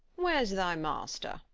where's thy master?